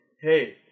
hey